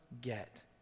get